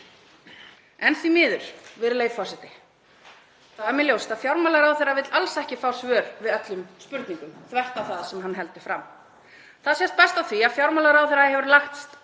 En því miður, virðulegi forseti, þá er mér ljóst að fjármálaráðherra vill alls ekki fá svör við öllum spurningum, þvert á það sem hann heldur fram. Það sést best á því að fjármálaráðherra hefur lagst